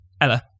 Ella